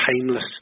timeless